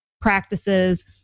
practices